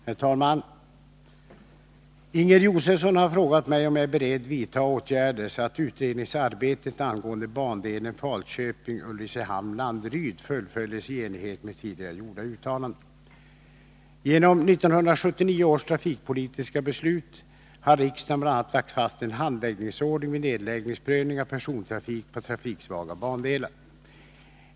Herr talman! Inger Josefsson har frågat mig om jag är beredd vidta åtgärder så att utredningsarbetet angående bandelen Falköping-Ulricehamn+-Landeryd fullföljs i enlighet med tidigare gjorda uttalanden. Genom 1979 års trafikpolitiska beslut har riksdagen bl.a. lagt fast en handläggningsordning vid nedläggningsprövning av persontrafik på trafiksvaga bandelar.